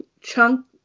chunk